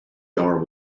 jar